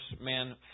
man